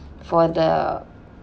for the